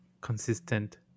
consistent